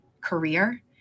career